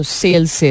sales